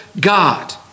God